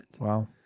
Wow